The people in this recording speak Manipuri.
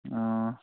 ꯑꯥ